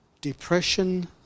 Depression